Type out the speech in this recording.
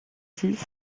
dix